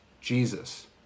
Jesus